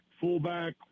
fullback